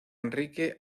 enrique